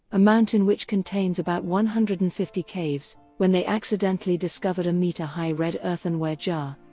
a mountain which contains about one hundred and fifty caves, when they accidentally discovered a meter-high red earthenware jar.